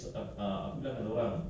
is it the B_T meter or what